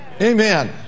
Amen